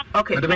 okay